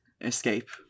escape